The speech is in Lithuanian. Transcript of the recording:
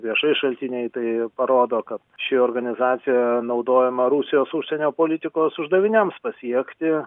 viešai šaltiniai tai parodo kad ši organizacija naudojama rusijos užsienio politikos uždaviniams pasiekti